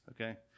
okay